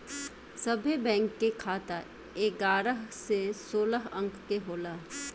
सभे बैंक के खाता एगारह से सोलह अंक के होला